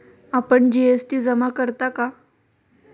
आपण जी.एस.टी जमा करता का?